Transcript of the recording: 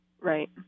right